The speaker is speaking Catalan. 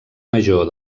major